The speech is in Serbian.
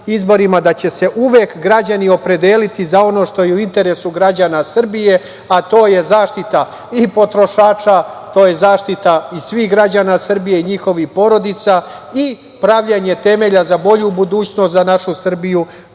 da će se uvek građani opredeliti za ono što je u interesu građana Srbije, a to je zaštita i potrošača, to je zaštita i svih građana Srbije i njihovih porodica i pravljenje temelja za bolju budućnost, za našu Srbiju,